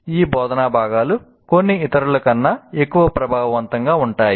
ఈ బోధనా భాగాలు కొన్ని ఇతరులకన్నా ఎక్కువ ప్రభావవంతంగా ఉంటాయి